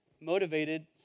motivated